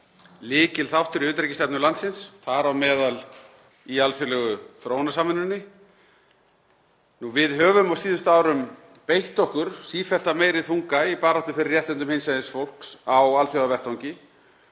lykilþáttur í utanríkisstefnu landsins, þar á meðal í alþjóðlegu þróunarsamvinnunni. Við höfum á síðustu árum beitt okkur af sífellt meiri þunga í baráttu fyrir réttindum hinsegin fólks á alþjóðavettvangi